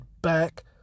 back